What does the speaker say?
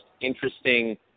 interesting